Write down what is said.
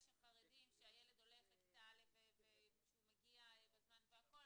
שחרדים שהילד הולך לכיתה א' ושהוא מגיע בזמן והכול,